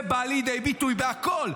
זה בא לידי ביטוי בכול.